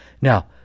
Now